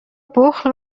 بخل